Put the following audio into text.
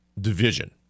division